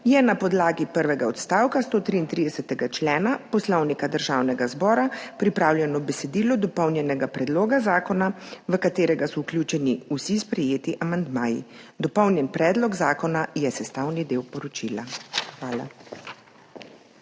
je na podlagi prvega odstavka 133. člena Poslovnika Državnega zbora pripravljeno besedilo dopolnjenega predloga zakona, v katerega so vključeni vsi sprejeti amandmaji. Dopolnjen predlog zakona je sestavni del poročila. Hvala.